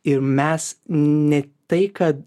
ir mes ne tai kad